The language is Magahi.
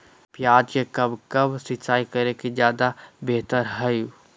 प्याज को कब कब सिंचाई करे कि ज्यादा व्यहतर हहो?